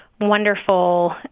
wonderful